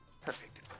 perfect